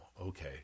Okay